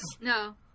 no